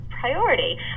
priority